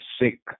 sick